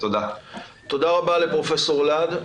תודה רבה לפרופ' להד.